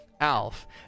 Alf